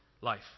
life